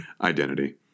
identity